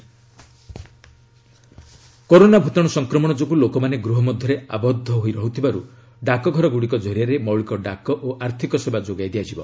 corona postal department corona ଭୂତାଣ୍ର ସଂକ୍ରମଣ ଯୋଗୁଁ ଲୋକମାନେ ଗୃହ ମଧ୍ୟରେ ଆବଦ୍ଧ ହୋଇ ରହୁଥିବାରୁ ଡାକଘରଗୁଡ଼ିକ କରିଆରେ ମୌଳିକ ଡାକ ଓ ଆର୍ଥିକ ସେବା ଯୋଗାଇ ଦିଆଯିବ